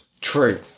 true